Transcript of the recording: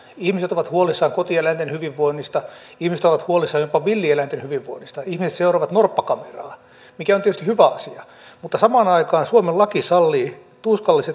ihmiset ovat huolissaan kotieläinten hyvinvoinnista ihmiset ovat huolissaan jopa villieläinten hyvinvoinnista ihmiset seuraavat norppakameraa mikä on tietysti hyvä asia mutta samaan aikaan suomen laki sallii tuskalliset uskonnolliset rituaaliteurastukset